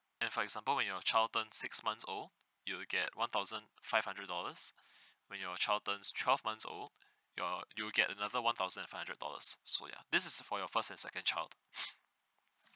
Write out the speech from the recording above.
and for example when your child turn six months old you'll get one thousand five hundred dollars when your child turns twelve months old you're you will get another one thousand five hundred dollars so ya this is for your first and second child